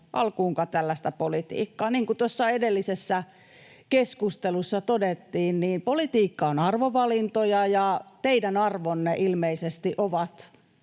alkuunkaan tällaista politiikkaa. Niin kuin tuossa edellisessä keskustelussa todettiin, politiikka on arvovalintoja ja teidän arvonne ilmeisesti ovat